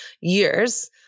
years